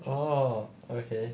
oh okay